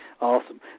Awesome